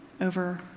over